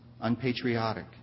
unpatriotic